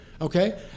Okay